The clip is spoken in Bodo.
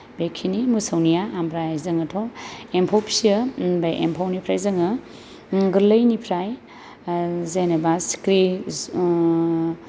बेखिनि मोसौनिया ओमफ्राय जोङोथ' एम्फौ फिसियो ओमफाय एम्फौनिफ्राय जोङो गोरलैनिफ्राय जेनेबा सिखिरि